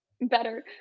better